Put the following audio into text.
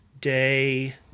day